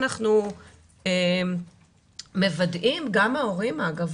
גם ההורים, אגב.